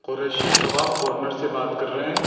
Qureshi kebab corner سے بات کر رہے ہیں